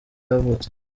yavutse